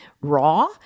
raw